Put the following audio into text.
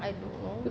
I don't know